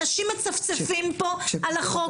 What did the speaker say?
אנשי מצפצפים פה על החוק.